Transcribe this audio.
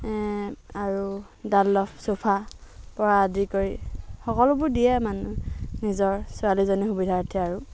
আৰু Dunlop sofa পৰা আদি কৰি সকলোবোৰ দিয়ে মানুহে নিজৰ ছোৱালীজনীৰ সুবিধাৰ্থে আৰু